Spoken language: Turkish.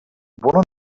bunu